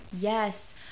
Yes